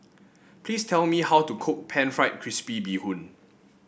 please tell me how to cook pan fried crispy Bee Hoon